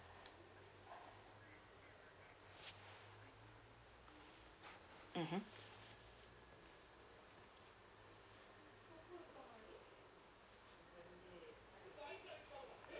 mmhmm